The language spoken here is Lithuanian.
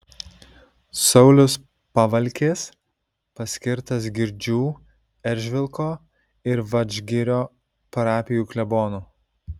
saulius pavalkis paskirtas girdžių eržvilko ir vadžgirio parapijų klebonu